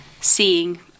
seeing